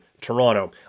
Toronto